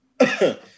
okay